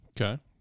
Okay